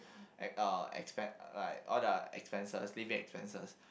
uh expense like all the expenses living expenses